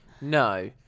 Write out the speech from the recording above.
No